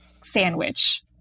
sandwich